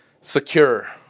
secure